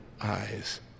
eyes